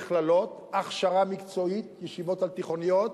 מכללות, הכשרה מקצועית, ישיבות על-תיכוניות,